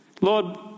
Lord